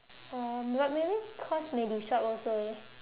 oh but maybe because may disrupt also